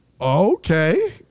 okay